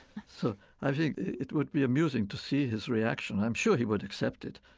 so i think it would be amusing to see his reaction. i'm sure he would accept it.